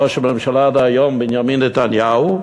ראש הממשלה דהיום בנימין נתניהו,